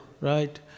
right